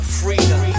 freedom